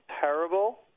terrible